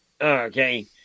Okay